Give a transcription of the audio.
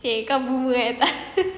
okay kau boomer eh